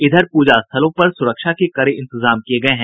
इधर पूजा स्थलों पर सुरक्षा के कड़े इंतजाम किये गये हैं